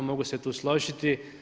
Mogu se tu složiti.